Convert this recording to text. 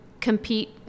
compete